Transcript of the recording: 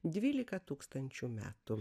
dvylika tūkstančių metų